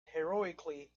heroically